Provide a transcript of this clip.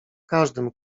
każdym